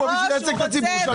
פה בדיוק בשביל לייצג את הציבור.